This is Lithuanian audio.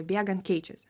bėgant keičiasi